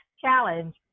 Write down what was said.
challenge